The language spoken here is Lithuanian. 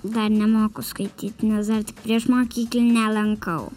dar nemoku skaityt nes dar tik priešmokyklinę lankau